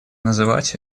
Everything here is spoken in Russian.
называть